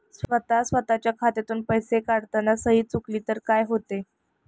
स्वतः स्वतःच्या खात्यातून पैसे काढताना सही चुकली तर काय होते?